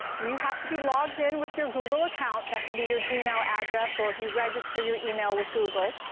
you have to be logged in with your google account. that can be your gmail address or if you register your email with google.